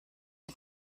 the